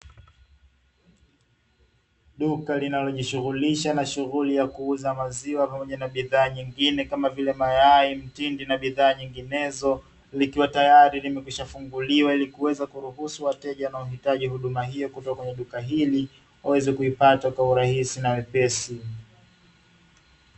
Duka linalojishughulisha na shughuli ya kuuza maziwa pamoja na bidhaa nyingine, kama vile mayai, mtindi na bidhaa nyinginezo; likiwa tayari limekwishafunguliwa ili kuweza kuruhusu wateja wanaohitaji huduma hiyo kutoka kwenye duka hili, waweze kuipata kwa urahisi na wepesi.